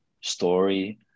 story